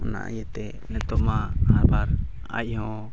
ᱚᱱᱟ ᱤᱭᱟᱹᱛᱮ ᱱᱤᱛᱚᱜ ᱦᱚᱸ ᱟᱵᱟᱨ ᱟᱡ ᱦᱚᱸ